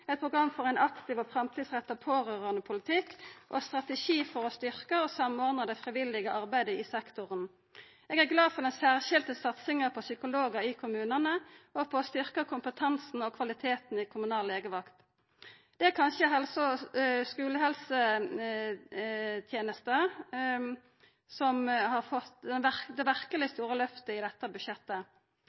eit program for ein aktiv og framtidsretta pårørandepolitikk og strategi for å styrkja og samordna det frivillige arbeidet i sektoren. Eg er glad for den særskilde satsinga på psykologar i kommunane og for styrkinga av kompetansen og kvaliteten i kommunallegevakta. Det er kanskje helse- og skulehelsetenesta som har fått det verkeleg store løftet i dette budsjettet.